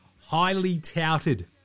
highly-touted